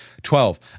Twelve